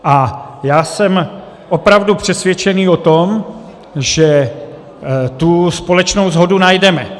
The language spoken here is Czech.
A jsem opravdu přesvědčený o tom, že společnou shodu najdeme.